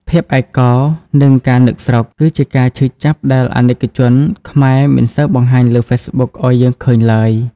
ភាពឯកោ និងការនឹកស្រុក គឺជាការឈឺចាប់ដែលអាណិកជនខ្មែរមិនសូវបង្ហាញលើ Facebook ឱ្យយើងឃើញឡើយ។